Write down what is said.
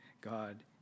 God